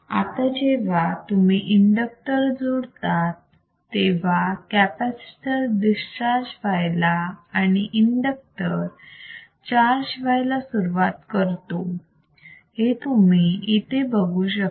आता जेव्हा तुम्ही इंडक्टर जोडतात तेव्हा कॅपॅसिटर डिस्चार्ज व्हायला आणि इंडक्टर चार्ज व्हायला सुरुवात करतो हे तुम्ही इथे बघू शकता